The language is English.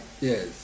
Yes